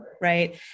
right